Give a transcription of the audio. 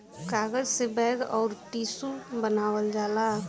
कागज से बैग अउर टिशू बनावल जाला